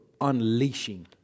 unleashing